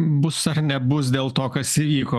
bus ar nebus dėl to kas įvyko